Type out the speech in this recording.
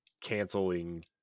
canceling